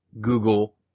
Google